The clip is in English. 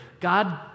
God